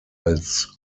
als